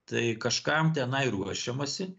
tai kažkam tenai ruošiamasi